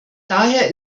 daher